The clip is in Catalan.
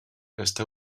està